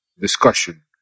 discussion